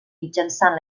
mitjançant